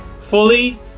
fully